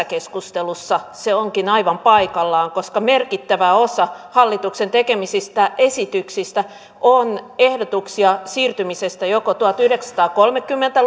keskustelussa se onkin aivan paikallaan koska merkittävä osa hallituksen tekemistä esityksistä on ehdotuksia siirtymisestä joko tuhatyhdeksänsataakolmekymmentä